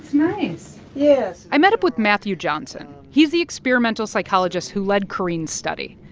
nice yes i met up with matthew johnson. he's the experimental psychologist who led carine's study.